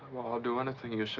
i'll do anything you say,